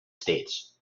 states